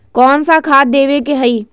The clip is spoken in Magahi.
कोन सा खाद देवे के हई?